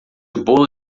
bolo